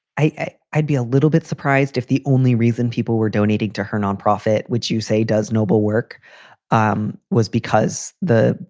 i, i'd be a little bit surprised if the only reason people were donating to her nonprofit would you say does noble work um was because the,